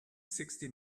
sixty